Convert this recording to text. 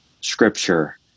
scripture